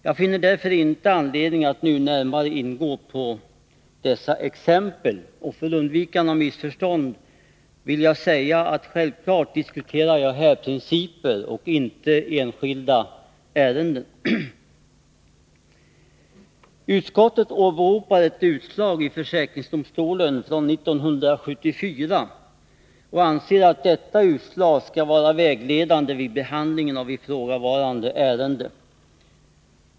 Jag finner därför inte anledning att nu närmare gå in på dessa exempel, och för undvikande av missförstånd vill jag säga att självklart diskuterar jag här principer och inte enskilda ärenden. Utskottet åberopar ett utslag i försäkringsdomstolen från 1974 och anser att detta utslag skall vara vägledande vid behandlingen av ifrågavarande ärenden.